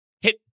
Hit